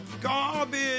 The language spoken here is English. Garbage